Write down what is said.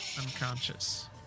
unconscious